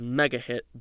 mega-hit